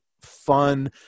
fun